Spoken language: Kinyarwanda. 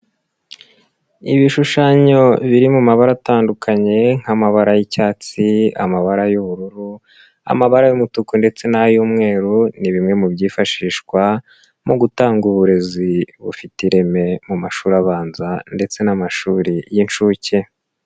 Ibishushanyo biri mu mabara atandukanye nk'amabara y'icyatsi, amabara y'ubururu, amabara y'umutuku ndetse n'ay'umweru, ni bimwe mu byifashishwa mu gutanga uburezi bufite ireme mu mashuri abanza ndetse n'amashuri y'inshuke.